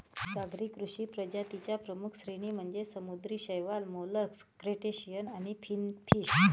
सागरी कृषी प्रजातीं च्या प्रमुख श्रेणी म्हणजे समुद्री शैवाल, मोलस्क, क्रस्टेशियन आणि फिनफिश